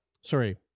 Sorry